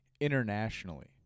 internationally